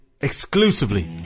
Exclusively